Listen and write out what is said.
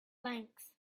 length